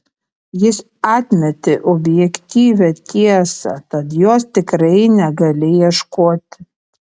jis atmetė objektyvią tiesą tad jos tikrai negali ieškoti